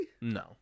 No